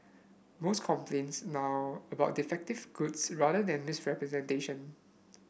most complaints now about defective goods rather than misrepresentation